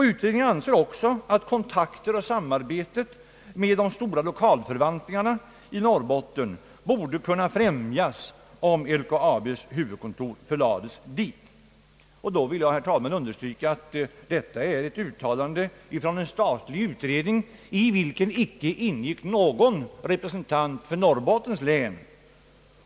Utredningen ansåg vidare att kontakter och samarbete med de stora lokalförvaltningarna i Norrbotten borde kunna främjas, om LKAB:s huvudkontor förlades dit. Jag vill, herr talman, understryka att detta är ett uttalande från en statlig utredning, i vilken icke ingick någon representant från Norrbottens län.